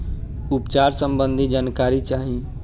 उपचार सबंधी जानकारी चाही?